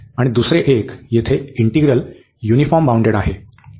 आणि दुसरे एक येथे इंटिग्रल युनिफॉर्म बाउंडेड आहे